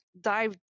dive